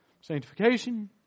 sanctification